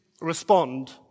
respond